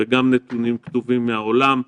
וגם נתונים כתובים מהעולם.